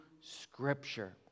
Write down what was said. Scripture